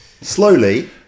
slowly